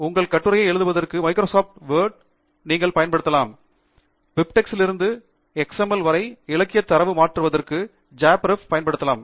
உங்கள் கட்டுரையை எழுதுவதற்கு மைக்ரோசாப்ட் வேர்ட் நீங்கள் பயன்படுத்த விரும்பினால் பிபிடெக்ஸ் இலிருந்து எக்ஸ்எம்எல் வரை இலக்கியத் தரவை மாற்றுவதற்கு ஜாப்ரெப் ஐப் பயன்படுத்தலாம்